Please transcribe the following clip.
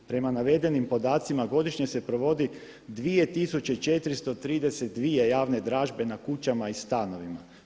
Prema navedenim podacima godišnje se provodi 2432 javne dražbe na kućama i stanovima.